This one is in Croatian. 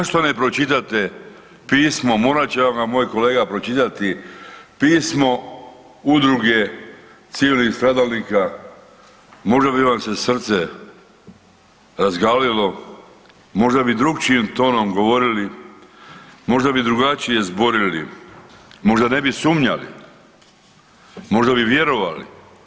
Zašto ne pročitate pismo, morat će vam ga moj kolega pročitati pismo udruge civilnih stradalnika možda bi vam se srce razgalilo, možda bi drukčijim tonom govorili, možda bi drugačije zborili, možda ne bi sumnjali, možda bi vjerovali.